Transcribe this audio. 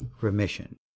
remission